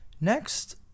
next